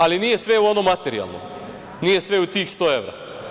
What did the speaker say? Ali, nije sve u onom materijalnom, nije sve u tih 100 evra.